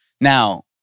Now